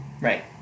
Right